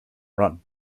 run